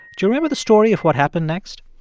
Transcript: do you remember the story of what happened next?